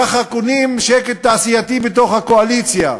ככה קונים שקט תעשייתי בתוך הקואליציה.